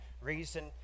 reason